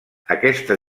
aquesta